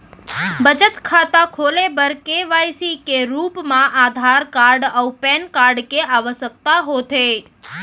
बचत खाता खोले बर के.वाइ.सी के रूप मा आधार कार्ड अऊ पैन कार्ड के आवसकता होथे